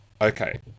Okay